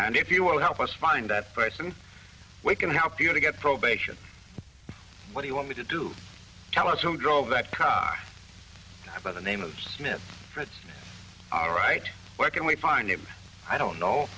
and if you will help us find that person we can help you to get probation what do you want me to do tell us who drove that car by the name of smith all right where can we find it i don't know